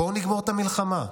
בואו נגמור את המלחמה,